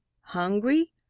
Hungry